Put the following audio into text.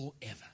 forever